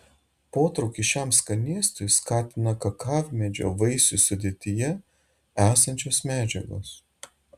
potraukį šiam skanėstui skatina kakavmedžio vaisių sudėtyje esančios medžiagos